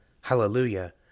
Hallelujah